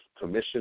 Commission